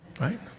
right